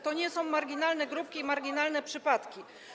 To nie są marginalne grupki i marginalne przypadki.